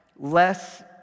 Less